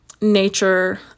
nature